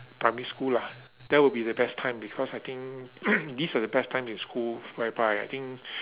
primary school lah that would be the best time because I think these are the best time in school whereby I think